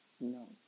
no